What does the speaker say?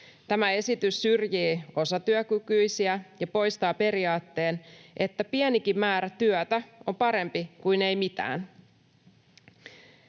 Tämä esitys syrjii osatyökykyisiä ja poistaa periaatteen, että pienikin määrä työtä on parempi kuin ei mitään.